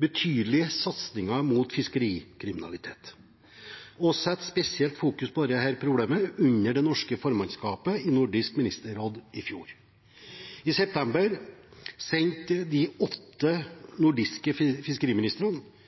betydelige satsinger mot fiskerikriminalitet og satte spesielt fokus på dette problemet under det norske formannskapet i Nordisk ministerråd i fjor. I september sendte de åtte nordiske fiskeriministrene